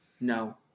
No